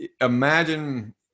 imagine